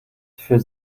für